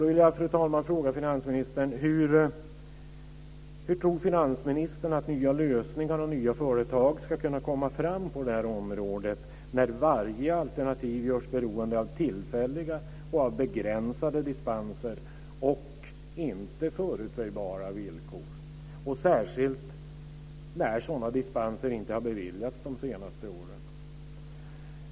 Fru talman! Jag vill fråga finansministern hur han tror att nya lösningar och nya företag ska kunna komma fram på det här området när varje alternativ görs beroende av tillfälliga och begränsade dispenser och inte förutsägbara villkor, särskilt när sådana dispenser inte har beviljats de senaste åren.